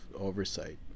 oversight